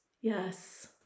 Yes